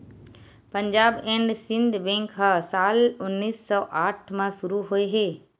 Punjab and Sind bank ह साल उन्नीस सौ आठ म शुरू होए हे